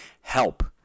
help